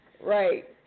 Right